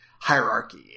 hierarchy